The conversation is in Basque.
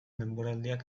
denboraldiak